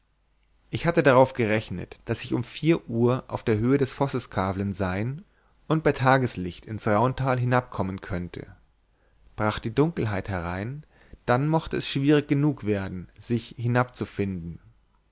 ich hatte darauf gerechnet daß ich um vier uhr auf der höhe des vosseskavlen sein und bei tageslicht ins rauntal hinabkommen könnte brach die dunkelheit herein dann mochte es schwierig genug werden sich hinabzufinden